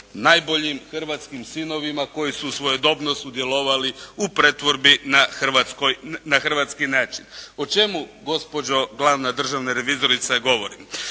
najboljim hrvatskim sinovima koji su svojedobno sudjelovali u pretvorbi na hrvatski način. O čemu gospođo glavna državna revizorice govorim?